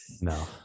no